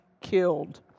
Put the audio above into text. killed